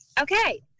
Okay